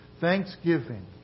Thanksgiving